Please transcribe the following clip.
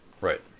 Right